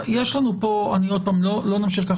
לא נמשיך כך,